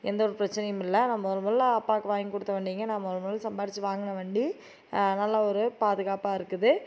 எந்த ஒரு பிரச்சனையும் இல்லை நான் முதல் முதல்ல அப்பாக்கு வாங்கி கொடுத்த வண்டிங்க நான் முதல் முதல்ல சம்பாதிச்சி வாங்கின வண்டி நல்ல ஒரு பாதுகாப்பாக இருக்குது